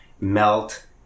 melt